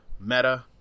meta